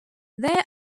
there